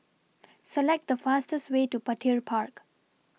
Select The fastest Way to Petir Park